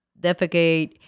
defecate